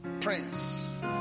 prince